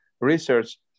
research